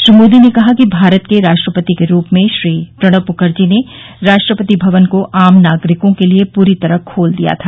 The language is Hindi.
श्री मोदी ने कहा कि भारत के राष्ट्रपति के रूप में श्री प्रणव मुखर्जी ने राष्ट्रपति भवन को आम नागरिकों के लिए पूरी तरह खोल दिया था